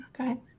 Okay